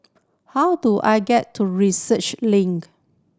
how do I get to Research Link